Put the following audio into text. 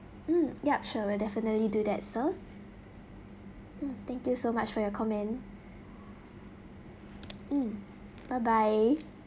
mm yup sure we'll definitely do that sir mm thank you so much for your comment mm bye bye